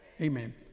amen